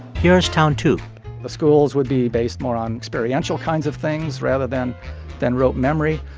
here's town two the schools would be based more on experiential kinds of things rather than than rote memory.